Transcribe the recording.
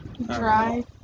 Dry